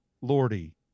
Lordy